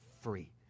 free